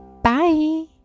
Bye